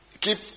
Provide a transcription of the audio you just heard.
keep